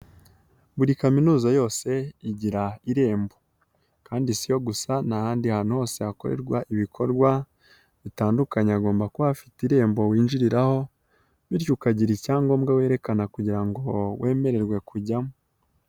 Buri kaminuza yose igira irembo kandi siyo gusa n'ahandi hantu hose hakorerwa ibikorwa bitandukanye agomba kuba afite irembo winjiriraho bityo ukagira icyangombwa werekana kugira ngo wemererwe kujyamo.